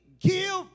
give